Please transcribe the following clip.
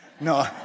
No